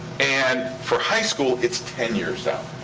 and for high school, it's ten years out.